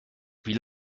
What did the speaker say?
wie